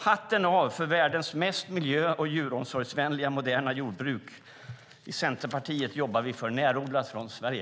Hatten av för världens mest miljö och djuromsorgsvänliga moderna jordbruk! I Centerpartiet jobbar vi för närodlat från Sverige.